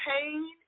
pain